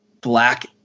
black